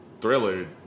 Thriller